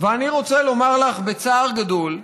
אני רוצה לומר לך בצער גדול,